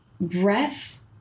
breath